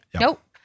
nope